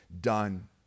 done